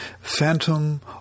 phantom